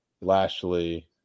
Lashley